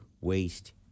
waste